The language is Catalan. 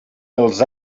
els